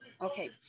okay